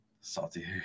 Salty